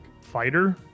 fighter